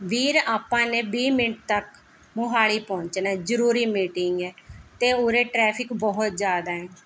ਵੀਰ ਆਪਾਂ ਨੇ ਵੀਹ ਮਿੰਟ ਤੱਕ ਮੋਹਾਲੀ ਪਹੁੰਚਣਾ ਜਰੂਰੀ ਮੀਟਿੰਗ ਹੈ ਅਤੇ ਉਰੇ ਟ੍ਰੈਫਿਕ ਬਹੁਤ ਜ਼ਿਆਦਾ ਹੈ